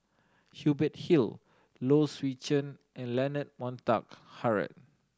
Hubert Hill Low Swee Chen and Leonard Montague Harrod